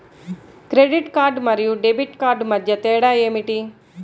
Credit card మరియు debit card మధ్య తేడా ఏమిటి?